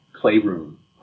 playroom